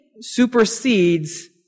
supersedes